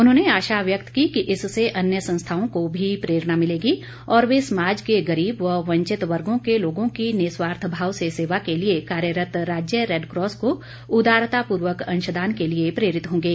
उन्होंने आशा व्यक्त की कि इससे अन्य संस्थाओं को भी प्रेरणा मिलेगी और वे समाज के गरीब व वंचित वर्गों के लोगों की निस्वार्थभाव से सेवा के लिए कार्यरत राज्य रेडक्रॉस को उदारतापूर्वक अंशदान के लिए प्रेरित होगें